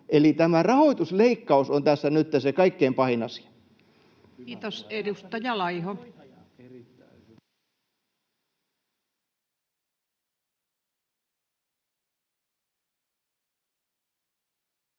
Eli tämä rahoitusleikkaus on tässä nytten se kaikkein pahin asia. [Pia Sillanpään